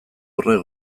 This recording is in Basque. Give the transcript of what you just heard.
horrek